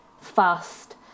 fast